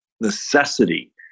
necessity